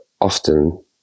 often